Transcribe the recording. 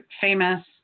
famous –